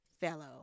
Fellow